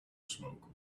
smoke